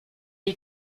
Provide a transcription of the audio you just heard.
est